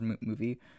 movie